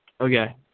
Okay